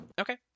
Okay